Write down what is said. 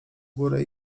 górę